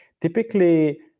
Typically